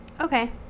Okay